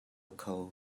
kho